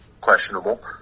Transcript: questionable